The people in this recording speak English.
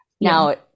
Now